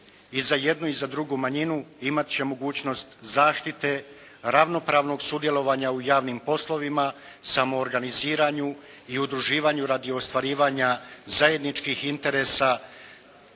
i za jednu i za drugu manjinu imat će mogućnost zaštite ravnopravnog sudjelovanja u javnim poslovima, samoorganiziranju i udruživanju radi ostvarivanja zajedničkih interesa,